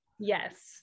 Yes